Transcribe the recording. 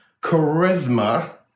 charisma